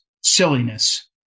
silliness